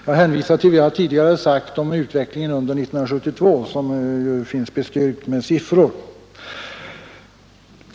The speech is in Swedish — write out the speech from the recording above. Jag hänvisar till vad jag tidigare sagt om utvecklingen under 1972, som finns bestyrkt med siffror.